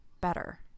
better